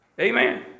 Amen